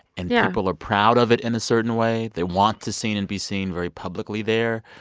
and yeah people are proud of it, in a certain way. they want to seen and be seen very publicly there.